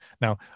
Now